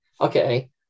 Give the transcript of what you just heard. Okay